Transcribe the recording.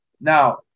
now